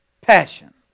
passion